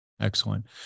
Excellent